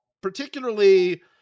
particularly